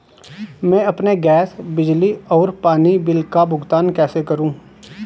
मैं अपने गैस, बिजली और पानी बिल का भुगतान कैसे करूँ?